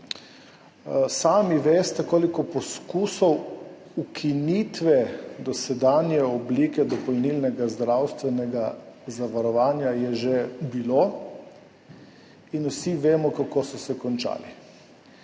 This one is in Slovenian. Sami veste, koliko poskusov ukinitve dosedanje oblike dopolnilnega zdravstvenega zavarovanja je že bilo. Vsi vemo, kako so se končali.